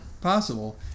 possible